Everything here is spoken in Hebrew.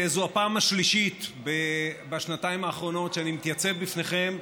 זו הפעם השלישית בשנתיים האחרונות שאני מתייצב בפניכם,